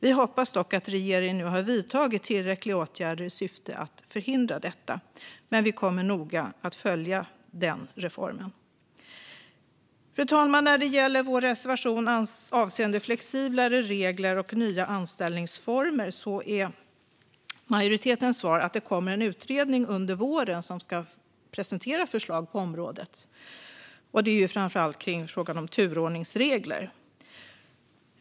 Vi hoppas att regeringen vidtagit tillräckliga åtgärder i syfte att förhindra detta, men vi kommer att följa denna reform noga. Fru talman! När det gäller vår reservation avseende flexiblare regler och nya anställningsformer är majoritetens svar att det kommer en utredning under våren som ska presentera förslag på området, framför allt i fråga om turordningsregler.